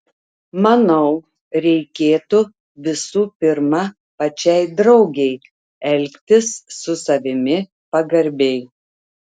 manau reikėtų visų pirma pačiai draugei elgtis su savimi pagarbiai